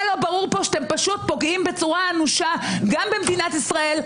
מה לא ברור פה שאתם פשוט פוגעים בצורה אנושה גם במדינת ישראל,